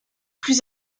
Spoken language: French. plus